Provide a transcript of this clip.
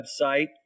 website